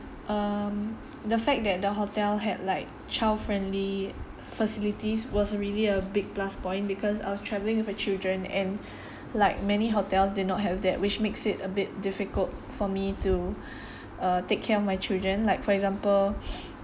um the fact that the hotel had like child-friendly facilities was really a big plus point because I was traveling with a children and like many hotels did not have that which makes it a bit difficult for me to uh take care of my children like for example